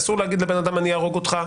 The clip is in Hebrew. אסור להגיד לבן אדם "אני אהרוג אותך",